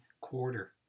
quarter